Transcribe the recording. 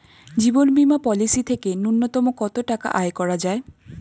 জীবন বীমা পলিসি থেকে ন্যূনতম কত টাকা আয় করা যায়?